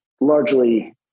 largely